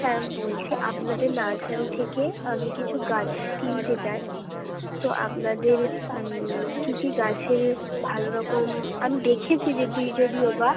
হ্যাঁ বলছি আপনাদের নার্সারি থেকে আমি কিছু গাছ কিনতে চাই তো আপনাদের কী কী গাছের ভালো রকম আমি দেখেছি যদি যদিও বা